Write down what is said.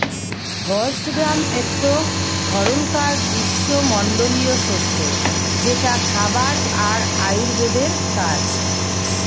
horse gram একটো ধরণকার গ্রীস্মমন্ডলীয় শস্য যেটা খাবার আর আয়ুর্বেদের কাজ